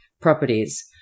properties